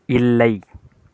இல்லை